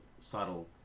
subtle